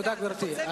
תודה, גברתי.